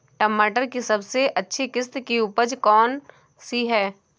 टमाटर की सबसे अच्छी किश्त की उपज कौन सी है?